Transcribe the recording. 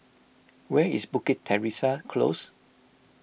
where is Bukit Teresa Close